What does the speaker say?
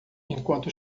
enquanto